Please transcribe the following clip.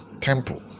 temple